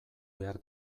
behar